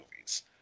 movies